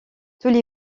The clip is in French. toutes